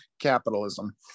Capitalism